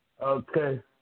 okay